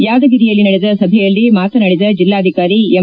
ಯಾದಗಿರಿಯಲ್ಲಿ ನಡೆದ ಸಭೆಯಲ್ಲಿ ಮಾತನಾಡಿದ ಜೆಲ್ಲಾಧಿಕಾರಿ ಎಂ